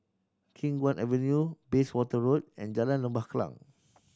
Khiang Guan Avenue Bayswater Road and Jalan Lembah Kallang